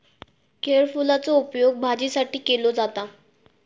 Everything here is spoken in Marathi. केळफुलाचो उपयोग भाजीसाठी केलो जाता